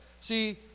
See